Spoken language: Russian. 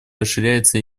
расширяется